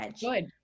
Good